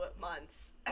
months